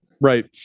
right